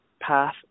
path